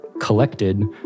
collected